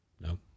No